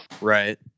Right